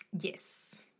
Yes